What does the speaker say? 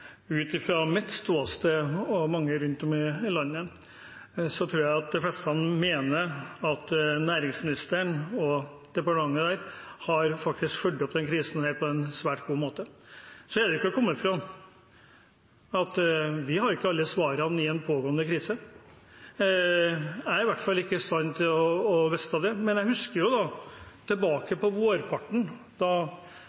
Ut fra mitt ståsted – og mange rundt om i landet – tror jeg at de fleste mener at næringsministeren og departementet har fulgt opp denne krisen på en svært god måte. Så er det ikke til å komme bort fra at vi har ikke alle svarene i en pågående krise. Jeg er i hvert fall ikke i stand til å vite dem, men jeg husker tilbake på vårparten, da